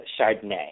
Chardonnay